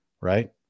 right